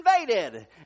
invaded